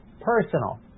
personal